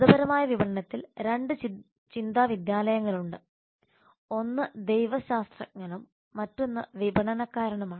മതപരമായ വിപണനത്തിൽ 2 ചിന്താ വിദ്യാലയങ്ങളുണ്ട് ഒന്ന് ദൈവശാസ്ത്രജ്ഞനും മറ്റൊന്ന് വിപണനക്കാരനുമാണ്